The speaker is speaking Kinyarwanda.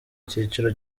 cyiciro